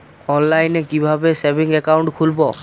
অনলাইনে কিভাবে savings account খুলবো?